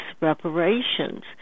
reparations